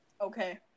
Okay